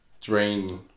drain